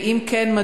ואם כן,